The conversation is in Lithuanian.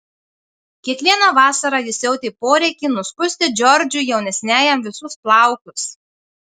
kiekvieną vasarą jis jautė poreikį nuskusti džordžui jaunesniajam visus plaukus